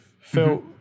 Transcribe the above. Phil